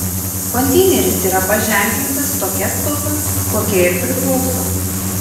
konteineris yra paženklintas tokia spalva kokia ir priklauso